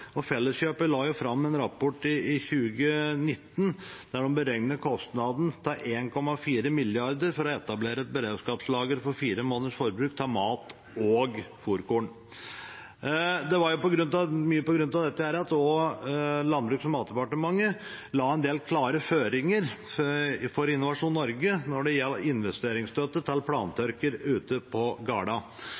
og Felleskjøpet la fram en rapport i 2019 der de beregnet kostnaden til 1,4 mrd. kr for å etablere et beredskapslager for fire måneders forbruk av mat- og fôrkorn. Det var mye på grunn av dette at Landbruks- og matdepartementet la en del klare føringer for Innovasjon Norge når det gjaldt investeringsstøtte til plantørker ute på